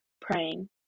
praying